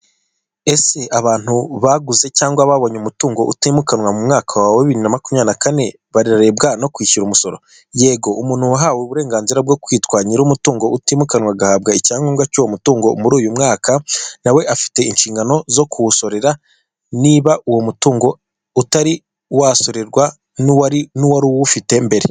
Ese abantu baguze cyangwa babonye umutungo utimukanwa mu mwaka wa bibiri na makumyabiri na kane bararebwa no kwishyura umusoro? yego umuntu wahawe uburenganzira bwo kwitwa nyir' umutungo utimukanwa agahabwa icyangombwa cyuwo mutungo muri uyu mwaka nawe afite inshingano zo kuwu sorera niba uwo mutungo utari wasorerwa nuwari uwufite mbere.